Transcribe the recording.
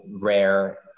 rare